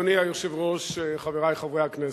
אדוני היושב-ראש, חברי חברי הכנסת,